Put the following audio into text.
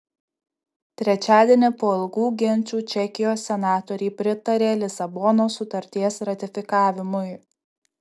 trečiadienį po ilgų ginčų čekijos senatoriai pritarė lisabonos sutarties ratifikavimui